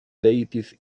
deities